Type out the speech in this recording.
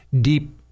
deep